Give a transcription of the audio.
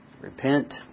Repent